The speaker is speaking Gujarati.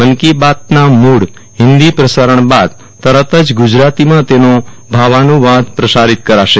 મન કી બાતના મુળ હિંદી પ્રસારણ બાદ તરત જ ગુજરાતીમાં તેનો ભાવાનુવાદ પ્રસારિત કરાશે